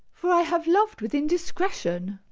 for i have loved with indiscretion.